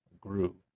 grew